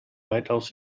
weitaus